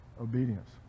obedience